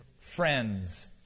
friends